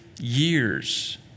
years